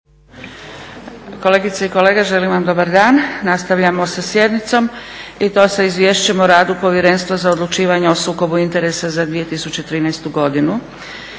Kolegice i kolege želim vam dobar dan. Nastavljamo sa sjednicom i to sa: 5. Izvješće o radu Povjerenstva za odlučivanje o sukobu interesa za 2013. godinu;